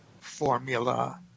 formula